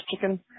chicken